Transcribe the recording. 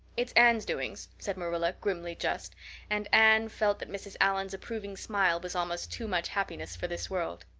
it's anne's doings, said marilla, grimly just and anne felt that mrs. allan's approving smile was almost too much happiness for this world.